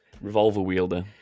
revolver-wielder